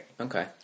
Okay